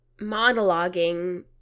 monologuing